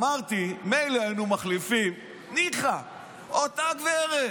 אמרתי, מילא היינו מחליפים, ניחא, זו אותה גברת.